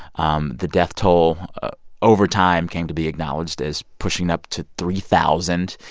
um the death toll over time came to be acknowledged as pushing up to three thousand.